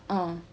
a'ah